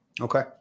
okay